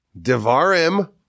Devarim